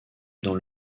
dans